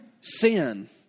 sin